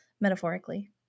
metaphorically